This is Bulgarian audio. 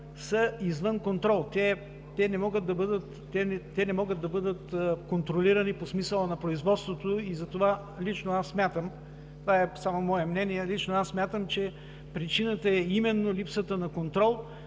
са извън контрол, не могат да бъдат контролирани по смисъла на производството. Затова лично аз смятам, това е мое мнение, че причината е именно липсата на контрол